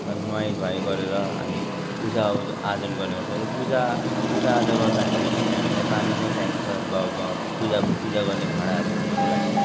नुहाई धुवाई गरेर हामी पूजा आयोजन गर्नुपर्छ र पूजा पूजाआजा गर्दाखेरि पनि हामीलाई पानी नै चाहिन्छ बा वा पूजा पूजा गर्ने भाँडाहरू धुनको लागि